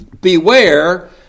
Beware